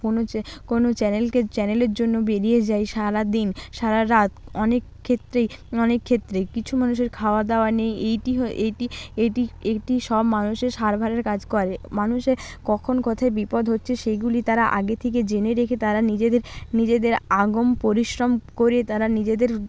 কোনও কোনও চ্যানেলকে চ্যানেলের জন্য বেরিয়ে যায় সারাদিন সারা রাত অনেক ক্ষেত্রেই অনেক ক্ষেত্রেই কিছু মানুষের খাওয়াদাওয়া নেই এইটি হয়ে এইটি এইটি এইটি সব মানুষের সার্ভারের কাজ করে মানুষের কখন কোথায় বিপদ হচ্ছে সেইগুলি তারা আগে থেকে জেনে রেখে তারা নিজেদের নিজেদের আগম পরিশ্রম করে তারা নিজেদের